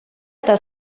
eta